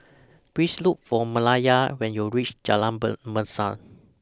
Please Look For Malaya when YOU REACH Jalan Mesra